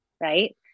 right